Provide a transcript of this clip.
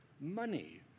money